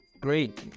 great